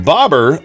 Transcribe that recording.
Bobber